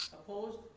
opposed?